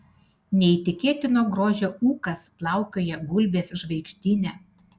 neįtikėtino grožio ūkas plaukioja gulbės žvaigždyne